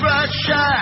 Russia